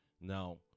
now